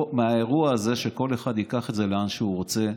מהאירוע הזה, שכל אחד ייקח את זה לאן שהוא רוצה,